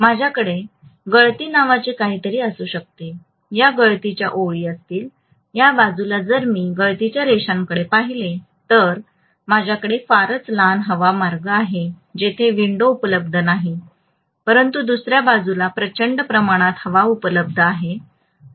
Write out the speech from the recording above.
माझ्याकडे गळती नावाचे काहीतरी असू शकते या गळतीच्या ओळी असतील या बाजूला जर मी गळतीच्या रेषांकडे पाहिले तर माझ्याकडे फारच लहान हवा मार्ग आहे जिथे विंडो उपलब्ध नाही परंतु दुसऱ्या बाजूला प्रचंड प्रमाणात हवा उपलब्ध आहे